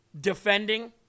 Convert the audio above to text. defending